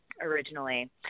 originally